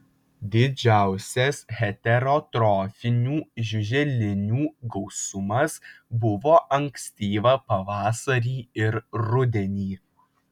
didžiausias heterotrofinių žiuželinių gausumas buvo ankstyvą pavasarį ir rudenį